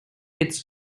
its